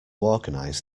organise